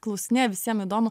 klausinėja visiem įdomu